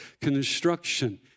construction